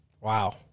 Wow